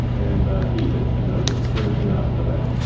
and eat it, you know, very soon after that.